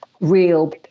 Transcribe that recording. real